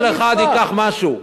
כל אחד ייקח משהו.